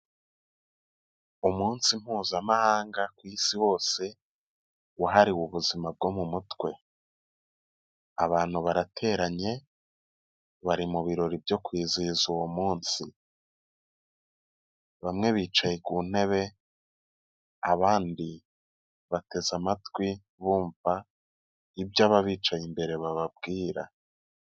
Umunsi mpuzamahanga ku isi hose wahariwe ubuzima bwo mu mutwe, abantu barateranye bari mu birori byo kwizihiza uwo munsi, bamwe bicaye ku ntebe, abandi bateze amatwi bumva ibyo ababicaye imbere bababwira.